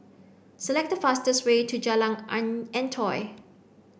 select the fastest way to Jalan Antoi